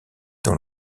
dans